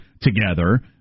together